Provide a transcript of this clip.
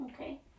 Okay